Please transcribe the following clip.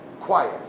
quiet